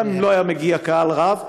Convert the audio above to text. גם אם לא היה מגיע קהל רב.